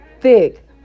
thick